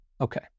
Okay